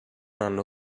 hanno